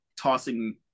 tossing